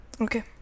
Okay